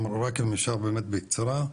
רק אם אפשר באמת בקצרה.